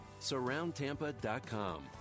Surroundtampa.com